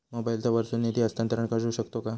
मोबाईला वर्सून निधी हस्तांतरण करू शकतो काय?